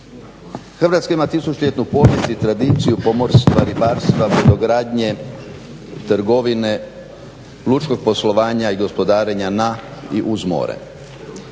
Hrvatska ima tisućljetnu povijest i tradiciju pomorstva, ribarstva, brodogradnje, trgovine, lučkog poslovanja i gospodarenja na i uz more.